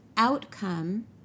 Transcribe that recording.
outcome